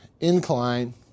incline